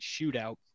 shootout